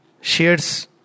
shares